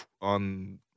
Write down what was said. on